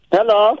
Hello